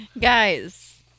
Guys